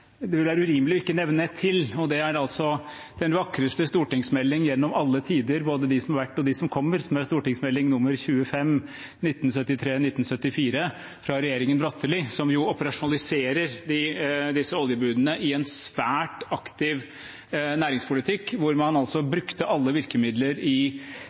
det vil være urimelig å ikke nevne ett til, og det er den vakreste stortingsmelding gjennom alle tider, både dem som har vært, og dem som kommer, og det er St.meld. nr. 25 for 1973–1974, fra regjeringen Bratteli. Meldingen operasjonaliserer disse oljebudene i en svært aktiv næringspolitikk, hvor man altså brukte alle de virkemidler i